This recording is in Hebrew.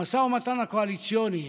במשא ומתן הקואליציוני